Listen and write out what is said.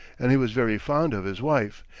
and he was very fond of his wife,